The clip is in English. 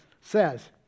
says